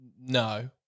No